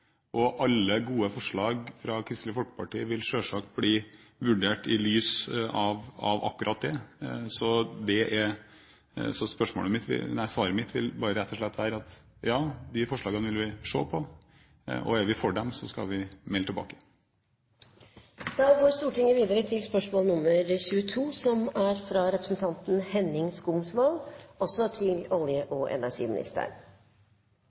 og alle gode forslag fra Kristelig Folkeparti vil selvsagt bli vurdert i lys av akkurat det. Så svaret mitt vil rett og slett være: Ja, vi vil se på de forslagene, og er vi for dem, så skal vi melde tilbake. Først vil jeg benytte anledningen til å ønske Ola Borten Moe velkommen som olje- og energiminister. «Det internasjonale energibyrået, IEA, mener at Norges beste miljøtiltak er å bygge gasskraftverk i